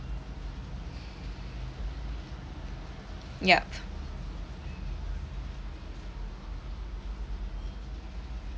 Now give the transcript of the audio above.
yup